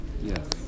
Yes